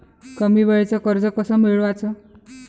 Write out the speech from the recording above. कमी वेळचं कर्ज कस मिळवाचं?